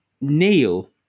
Neil